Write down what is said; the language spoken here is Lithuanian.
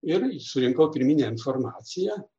ir surinkau pirminę informaciją